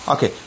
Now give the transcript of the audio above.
Okay